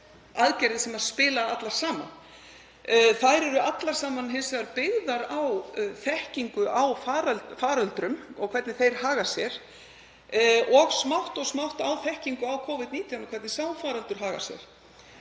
aðgerðir sem spila allar saman. Þær eru hins vegar allar saman byggðar á þekkingu á faröldrum og hvernig þeir haga sér, og smátt og smátt á þekkingu á Covid-19 og hvernig sá faraldur hagar sér.